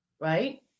right